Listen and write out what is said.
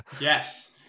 yes